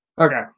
Okay